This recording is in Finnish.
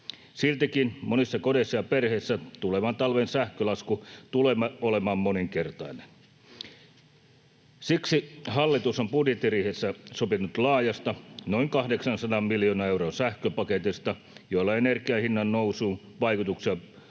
Siltikin monissa kodeissa ja perheissä tulevan talven sähkölasku tulee olemaan moninkertainen. Siksi hallitus on budjettiriihessä sopinut laajasta, noin 800 miljoonan euron sähköpaketista, jolla energian hinnannousun vaikutuksiin